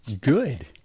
good